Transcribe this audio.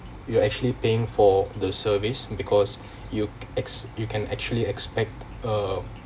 you are actually paying for the service because you ex~ you can actually expect uh